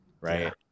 right